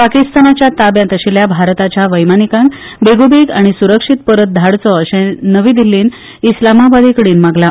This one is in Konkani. पाकिस्तानाच्या ताब्यांत आशिल्ल्या भारताच्या वैमानिकाक बेगोबेग आनी सुरक्षीत परत धाडचो अशे नवी दिल्लीन इस्लामाबादाकडेन मागला